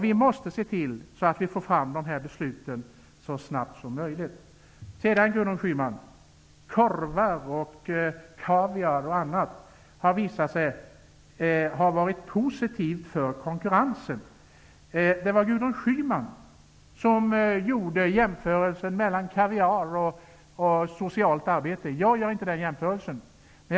Vi måste se till att de här besluten fattas så snabbt som möjligt. Till Gudrun Schyman vill jag säga att det har visat sig vara positivt med konkurrens för korvar, kaviar och annat. Gudrun Schyman gjorde en jämförelse mellan kaviar och socialt arbete, men det gör inte jag.